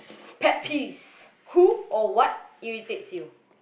pet peeves who or what irritates you